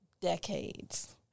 decades